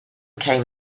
came